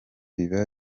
biba